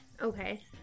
Okay